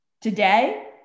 today